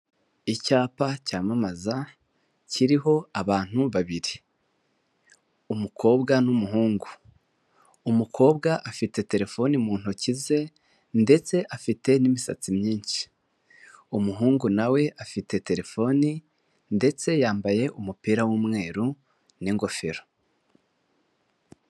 Icyapa cyamamaza kiriho abantu babiri, umukobwa n'umuhungu, umukobwa afite telefoni mu ntoki ze ndetse afite n'imisatsi myinshi, umuhungu na we afite telefoni ndetse yambaye umupira w'umweru n'ingofero.